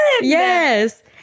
Yes